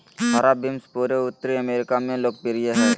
हरा बीन्स पूरे उत्तरी अमेरिका में लोकप्रिय हइ